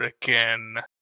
freaking